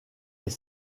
est